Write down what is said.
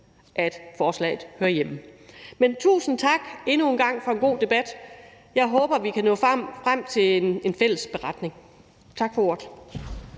at det hører hjemme. Men endnu en gang tusind tak for en god debat. Jeg håber, at vi kan nå frem til en fælles beretning. Tak for ordet.